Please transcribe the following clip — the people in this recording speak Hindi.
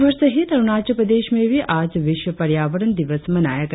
देशभर सहित अरुणाल प्रदेश में भी आज विश्व पर्यावरण दिवस मनाया गया